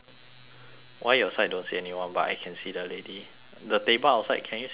why your side don't see anyone but I can see the lady the table outside can you see the table outside